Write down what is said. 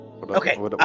Okay